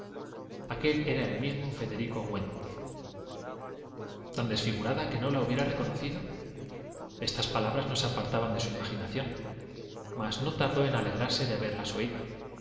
aquel era el mismo federico wentworth tatm tan desfigurada que no la hubiera reconocido estas palabras no se apartaban de su imaginación mas no tardó en alegrarse de haberlas oído